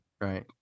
right